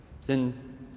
Sin